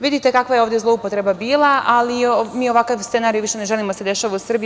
Vidite kakva je ovde zloupotreba bila, ali mi ovakav scenario više ne želimo da se dešava u Srbiji.